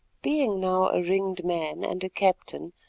being now a ringed man and a captain,